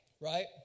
Right